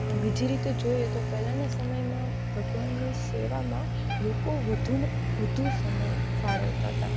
બીજી રીતે જોઈએ તો પહેલાંના સમયમાં ભગવાનની સેવામાં લોકો વધુમાં વધુ સમય ફાળવતા હતાં